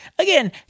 Again